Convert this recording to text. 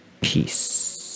peace